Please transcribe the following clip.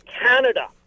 Canada